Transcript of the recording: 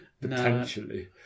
potentially